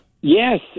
Yes